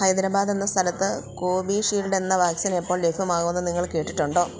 ഹൈദരാബാദെന്ന സ്ഥലത്ത് കോവീഷീല്ഡെന്ന വാക്സിനെപ്പോൾ ലഭ്യമാകുമെന്ന് നിങ്ങൾ കേട്ടിട്ടുണ്ടോ